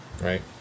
right